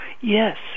Yes